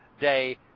day